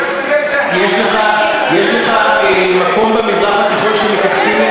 יש לך מקום במזרח התיכון שמתייחסים בו